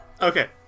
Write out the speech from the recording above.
Okay